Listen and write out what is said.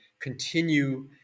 continue